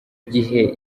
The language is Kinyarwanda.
gihe